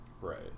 right